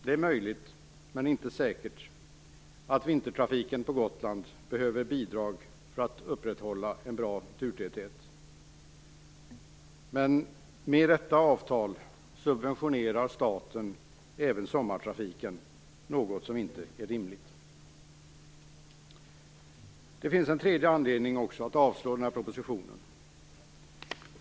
Det är möjligt - men inte helt säkert - att vintertrafiken till Gotland behöver bidrag för att upprätthålla en tillfredsställande turtäthet, men med detta avtal subventionerar staten även sommartrafiken, något som inte är rimligt. Det finns även en tredje anledning att avslå propositionen.